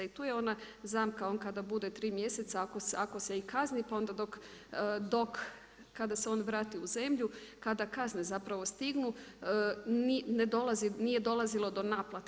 I tu je ona zamka, on kada bude 3 mjeseca, ako se i kazni, pa onda dok kada se on vrati u zemlju, kada kazne zapravo stignu, ne dolazi, nije dolazilo do naplate.